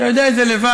אתה יודע את זה לבד.